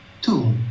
Two